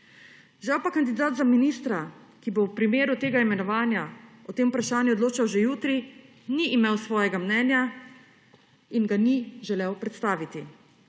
Žal pa kandidat za ministra, ki bo v primeru tega imenovanja o tem vprašanju odločal že jutri, ni imel svojega mnenja in ga ni želel predstaviti.